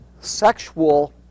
sexual